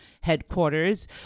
headquarters